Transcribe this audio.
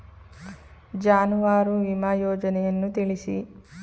ಜಾನುವಾರು ವಿಮಾ ಯೋಜನೆಯನ್ನು ತಿಳಿಸಿ?